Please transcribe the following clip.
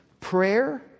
prayer